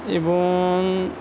এবং